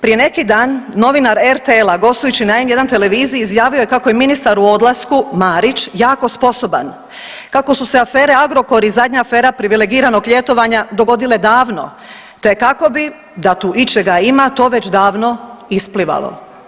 Prije neki dan novinar RTL-a gostujući na N1 televiziji izjavio je kako je ministar u odlasku Marić jako sposoban, kako su se afere Agrokor i zadnja afera privilegiranog ljetovanja dogodile davno te kako bi da tu ičega ima to već davno isplivalo.